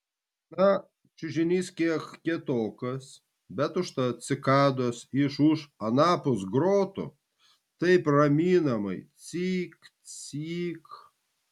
na čiužinys kiek kietokas bet užtat cikados iš už anapus grotų taip raminamai cik cik